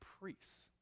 priests